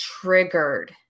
triggered